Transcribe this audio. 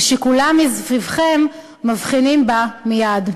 ושכולם מסביבכם מבחינים בה מייד.